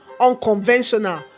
unconventional